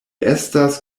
estas